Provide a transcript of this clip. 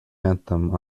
anthem